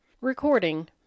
Recording